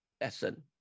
lesson